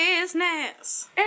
business